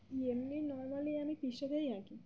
এমনি নর্মালি আমি পৃষ্ঠাতেই আঁকি